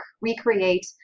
recreate